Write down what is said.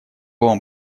вам